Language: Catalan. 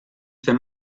fer